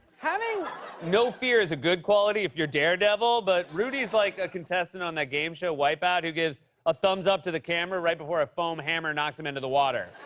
having no fear is a good quality if you're daredevil, but, rudy's like a contestant on that game show wipeout, who gives a thumbs-up to the camera right before a foam hammer knocks him into the water.